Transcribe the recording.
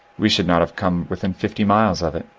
we should not have come within fifty miles of it.